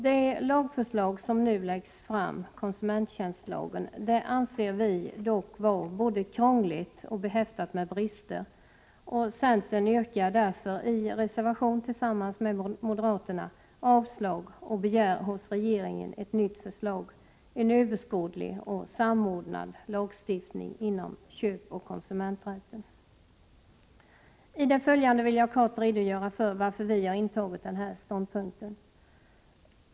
Det lagförslag som nu läggs fram — konsumenttjänstlagen — anser vi dock vara både krångligt och behäftat med brister, och centern yrkar därför i en reservation tillsammans med moderaterna avslag och begär hos regeringen ett nytt förslag — en överskådlig och samordnad lagstiftning inom köpoch konsumenträtten. I det följande vill jag kort redogöra för varför vi intagit denna ståndpunkt.